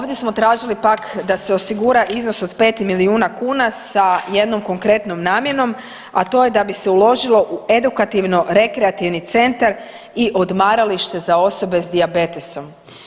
Ovdje smo tražili pak da se osigura iznos od 5 milijuna kuna sa jednom konkretnom namjenom, a to je da bi se uložilo u edukativno rekreativni centar i odmaralište za osobe s dijabetesom.